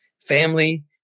family